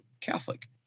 Catholic